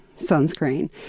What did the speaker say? sunscreen